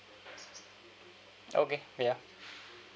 okay ya